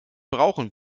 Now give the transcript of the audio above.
brauchen